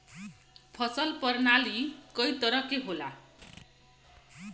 फसल परनाली कई तरह क होला